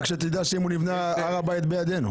רק שתדע, שאם הוא נבנה הר הבית בידינו.